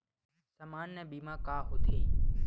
सामान्य बीमा का होथे?